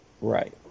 Right